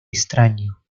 extraño